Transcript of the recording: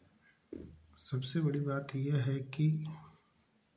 सबसे बड़ी बात ये है कि